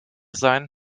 sein